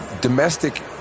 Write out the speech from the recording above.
domestic